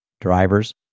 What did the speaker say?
drivers